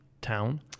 town